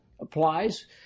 applies